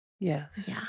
Yes